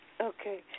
Okay